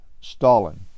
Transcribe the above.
Stalin